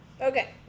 Okay